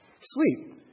Sweet